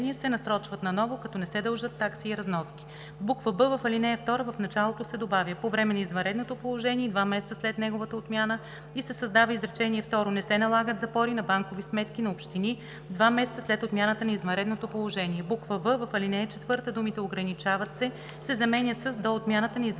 б) в ал. 2 в началото се добавя „По време на извънредното положение и два месеца след неговата отмяна“ и се създава изречение второ: „Не се налагат запори на банкови сметки на общини два месеца след отмяната на извънредното положение.“; в) в ал. 4 думите „Ограничават се“ се заменят с „До отмяната на извънредното положение